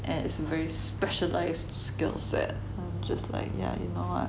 and it's very specialised skills set just like yeah you know what